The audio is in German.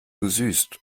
gesüßt